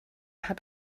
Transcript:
hat